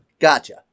Gotcha